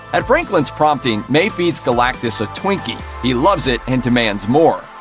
at franklin's prompting, may feeds galactus a twinkie. he loves it, and demands more.